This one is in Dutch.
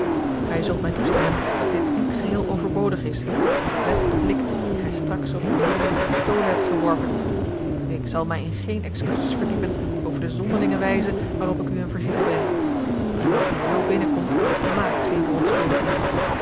gij zult mij toestemmen dat dit niet geheel overbodig is als ik let op den blik dien gij straks george een ongeluksvogel op uwe mooije pistolen hebt geworpen ik zal mij in geene excuses verdiepen over de zonderlinge wijze waarop ik u eene visite breng iemand die z binnenkomt maakt geene verontschuldigingen